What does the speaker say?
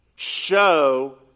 Show